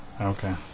Okay